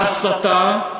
ההסתה,